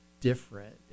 different